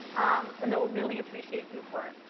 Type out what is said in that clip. um, and they'll really appreciate you for it.